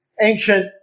ancient